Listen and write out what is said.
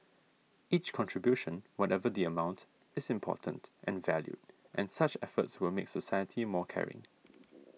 each contribution whatever the amount is important and valued and such efforts will make society more caring